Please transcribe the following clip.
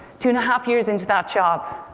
two and a half years into that job,